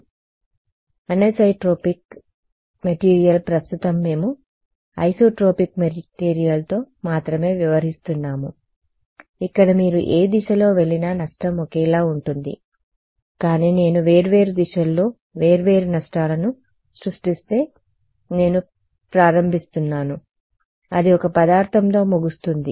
కాబట్టి anisotropic material ప్రస్తుతం మేము ఐసోట్రోపిక్ మెటీరియల్తో మాత్రమే వ్యవహరిస్తున్నాము ఇక్కడ మీరు ఏ దిశలో వెళ్లినా నష్టం ఒకేలా ఉంటుంది కానీ నేను వేర్వేరు దిశల్లో వేర్వేరు నష్టాలను సృష్టిస్తే నేను ప్రారంభిస్తున్నాను అది ఒక పదార్థంతో ముగుస్తుంది